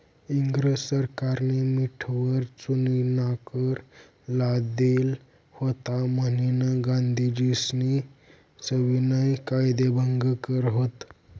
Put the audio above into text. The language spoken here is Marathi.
इंग्रज सरकारनी मीठवर चुकीनाकर लादेल व्हता म्हनीन गांधीजीस्नी सविनय कायदेभंग कर व्हत